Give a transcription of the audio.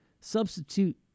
Substitute